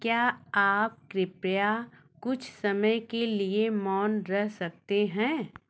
क्या आप कृपया कुछ समय के लिए मौन रह सकते हैं